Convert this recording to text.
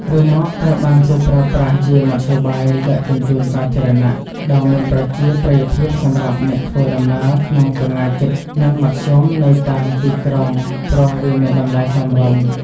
រ៉ឺម៉កត្រូវបានគេប្រើប្រាស់ជាមធ្យោបាយដឹកជញ្ជូនសាធារណៈដ៏មានប្រជាប្រិយភាពសម្រាប់អ្នកធ្វើដំណើរក្នុងចម្ងាយជិតនិងមធ្យមនៅតាមទីក្រុងព្រោះវាមានតម្លៃសមរម្យ។